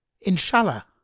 inshallah